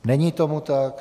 Není tomu tak.